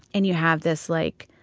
and you have this like